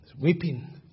Weeping